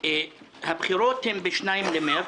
הבחירות הן ב-2 למרס,